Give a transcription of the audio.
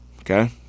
Okay